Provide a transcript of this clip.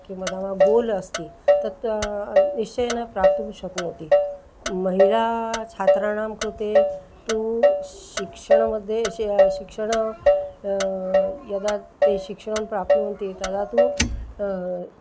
किं वदामः गोल् अस्ति तत् निश्चयेन प्राप्तुं शक्नोति महिलाछात्राणां कृते तु शिक्षणमध्ये शे शिक्षणं यदा ते शिक्षणं प्राप्नुवन्ति तदा तु